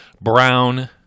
Brown